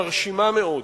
מרשימה מאוד.